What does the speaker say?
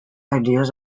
ideas